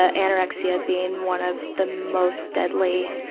ah anorexia being one of the most deadly